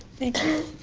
thank you.